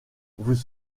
vous